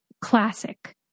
classic